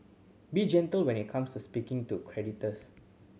be gentle when it comes to speaking to creditors